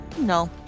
No